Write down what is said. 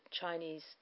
Chinese